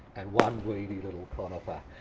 and one weedy little conifer.